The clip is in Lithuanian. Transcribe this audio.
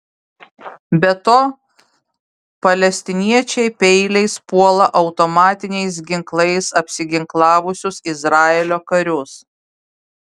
be to palestiniečiai peiliais puola automatiniais ginklais apsiginklavusius izraelio karius